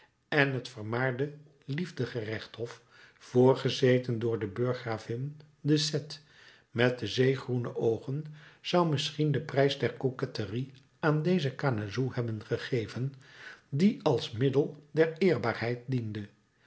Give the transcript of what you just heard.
en het vermaarde liefdegerechtshof voorgezeten door de burggravin de cette met de zeegroene oogen zou misschien den prijs der coquetterie aan deze canezou hebben gegeven die als middel der eerbaarheid diende